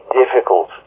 difficult